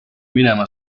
minema